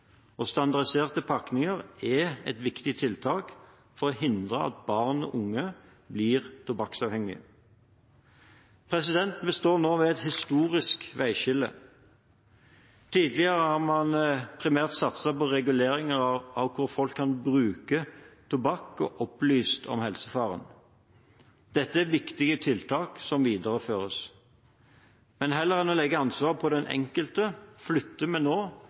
og standardiserte pakninger er et viktig tiltak for å hindre at barn og unge blir tobakksavhengige. Vi står nå ved et historisk veiskille. Tidligere har man primært satset på reguleringer av hvor folk kan bruke tobakk, og opplyst om helsefarene. Dette er viktige tiltak, som videreføres. Men heller enn å legge ansvaret på den enkelte flytter vi nå